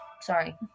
Sorry